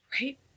right